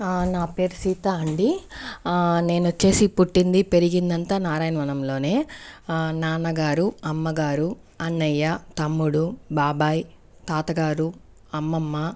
ఆ నా పేరు సీత అండి ఆ నేను వచ్చేసి పుట్టింది పెరిగిందంతా నారాయణ వనంలోనే నాన్నగారు అమ్మగారు అన్నయ్య తమ్ముడు బాబాయి తాతగారు అమ్మమ్మ